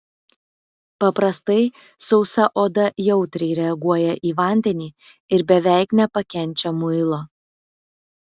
paprastai sausa oda jautriai reaguoja į vandenį ir beveik nepakenčia muilo